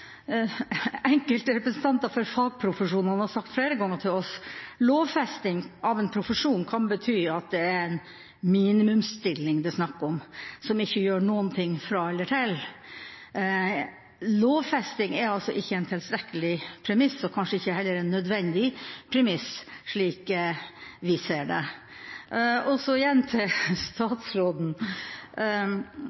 enkelte representanter for fagprofesjonene har sagt flere ganger til oss: Lovfesting av en profesjon kan bety at det er en minimumsstilling det er snakk om, som ikke gjør noen ting fra eller til. Lovfesting er altså ikke en tilstrekkelig premiss, kanskje ikke heller en nødvendig premiss, slik vi ser det. Så igjen til